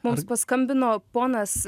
mums paskambino ponas